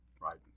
right